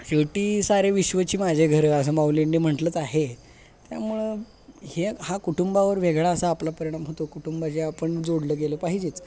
शेवटी सारे विश्वची माझे घरं असं माउलींनी म्हंटलंच आहे त्यामुळं हे हा कुटुंबावर वेगळा असा आपला परिणाम होतो कुटुंबाचे आपण जोडलं गेलं पाहिजेच